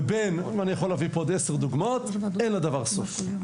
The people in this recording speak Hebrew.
ואני יכול להביא פה עוד עשר דוגמאות אין לדבר סוף.